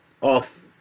off